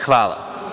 Hvala.